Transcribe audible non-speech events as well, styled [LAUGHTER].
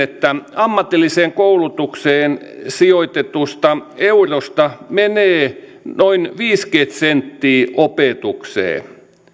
[UNINTELLIGIBLE] että ammatilliseen koulutukseen sijoitetusta eurosta menee noin viisikymmentä senttiä opetukseen